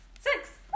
Six